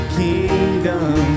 kingdom